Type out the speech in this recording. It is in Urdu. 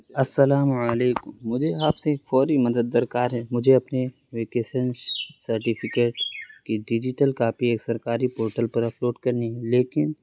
السلام علیکم مجھے آپ سے ایک فوری مدد درکار ہے مجھے اپنے ویکیسن سرٹیفکیٹ کی ڈیجیٹل کاپی ایک سرکاری پورٹل پر اپلوڈ کرنی ہے لیکن